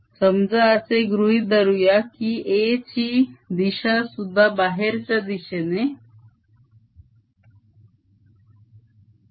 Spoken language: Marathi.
समजा असे गृहीत धरूया की A ची दिशा सुद्धा बाहेरच्या दिशेने आहे